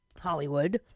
Hollywood